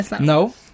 No